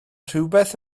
rhywbeth